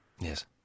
Yes